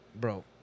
bro